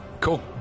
Cool